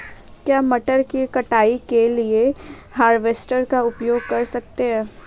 क्या मटर की कटाई के लिए हार्वेस्टर का उपयोग कर सकते हैं?